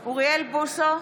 בוסו,